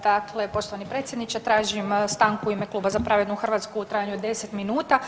Dakle, poštovani predsjedniče tražim stanku u ime kluba Za pravednu Hrvatsku u trajanju od deset minuta.